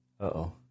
Uh-oh